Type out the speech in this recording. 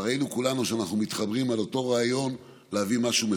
ראינו כולנו שאנחנו מתחברים לאותו רעיון: להביא משהו מתוקן.